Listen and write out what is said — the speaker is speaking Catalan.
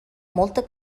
molta